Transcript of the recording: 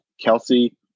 kelsey